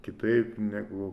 kitaip negu